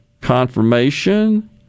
confirmation